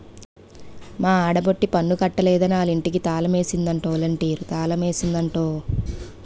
మా ఆడబొట్టి పన్ను కట్టలేదని ఆలింటికి తాలమేసిందట ఒలంటీరు తాలమేసిందట ఓ